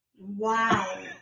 Wow